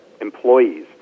employees